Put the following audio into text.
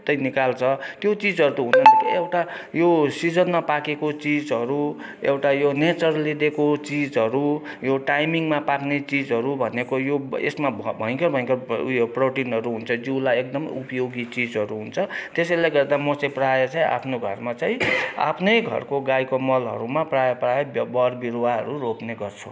निकाल्छ त्यो चिजहरू त हुनै नपर्ने एउटा यो सिजनमा पाकेको चिजहरू एउटा यो नेचरले दिएको चिजहरू यो टाइमिङमा पाक्ने चिजहरू भनेको यो यसमा भयङ्कर भयङ्कर ऊ यो प्रोटिनहरू हुन्छ जिउलाई एकदम उपयोगी चिजहरू हुन्छ त्यसैले गर्दा म चाहिँ प्रायः चाहिँ आफ्नो घरमा चाहिँ आफ्नै घरको गाईको मलहरूमा प्रायः प्रायः बोट बिरुवाहरू रोप्ने गर्छु